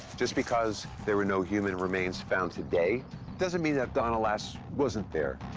just because there were no human remains found today doesn't mean that donna lass wasn't there.